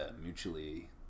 Mutually